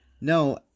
no